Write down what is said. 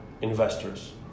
investors